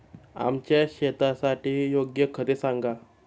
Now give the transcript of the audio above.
आमच्या शेतासाठी योग्य खते सांगा